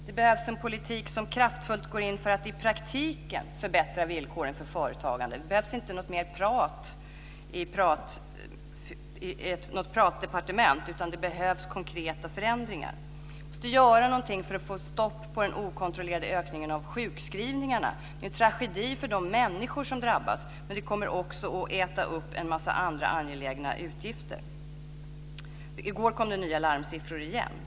Det behövs en politik som kraftfullt går in för att i praktiken förbättra villkoren för företagande. Det behövs inte mer prat i ett pratdepartement. Det behövs konkreta förändringar. Vi måste göra något för att få stopp på den okontrollerade ökningen av sjukskrivningarna. Det är en tragedi för de människor som drabbas, men det kommer också att äta upp en massa andra angelägna utgifter. I går kom det nya larmsiffror igen.